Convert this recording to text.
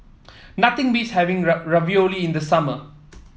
nothing beats having Ravioli in the summer